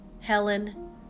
Helen